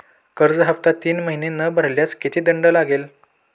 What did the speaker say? कर्ज हफ्ता तीन महिने न भरल्यास किती दंड लागेल?